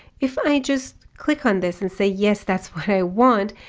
if i just click on this and say, yes, that's what i want.